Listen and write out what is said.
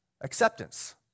Acceptance